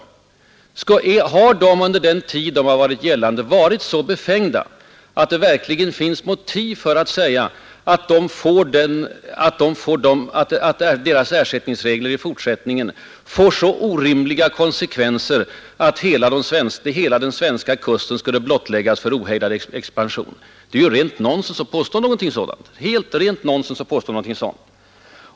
Har dessa ersättningsregler under den tid de varit gällande varit så befängda, att det finns motiv att säga att de i fortsättningen kommer att få så orimliga konsekvenser att hela den svenska kusten skulle blottläggas för en ohejdad expansion? Det är ju rent nonsens att påstå något sådant.